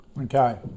Okay